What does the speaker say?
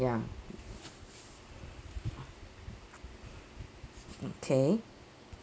ya okay